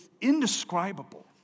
indescribable